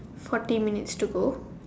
forty minutes to go